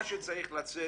מה שצריך לצאת,